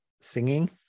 singing